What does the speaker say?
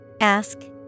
Ask